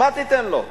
מה תיתן לו?